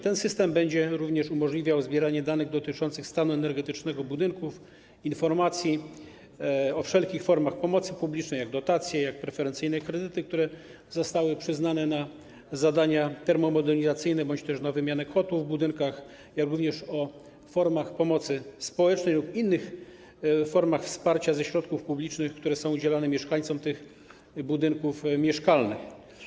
Ten system będzie również umożliwiał zbieranie danych dotyczących stanu energetycznego budynków, informacji o wszelkich formach pomocy publicznej takich jak dotacje, preferencyjne kredyty, które zostały przyznane na zadania termomodernizacyjne bądź na wymianę kotłów w budynkach, jak również o formach pomocy społecznej lub innych formach wsparcia udzielanego ze środków publicznych mieszkańcom tych budynków mieszkalnych.